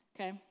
Okay